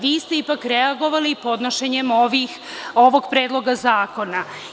Vi ste ipak reagovali podnošenjem ovog predloga zakona.